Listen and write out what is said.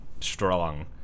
strong